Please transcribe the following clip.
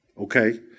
okay